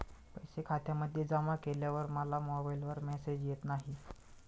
पैसे खात्यामध्ये जमा केल्यावर मला मोबाइलवर मेसेज येत नाही?